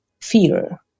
fear